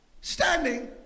standing